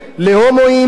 למיעוטים,